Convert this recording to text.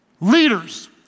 Leaders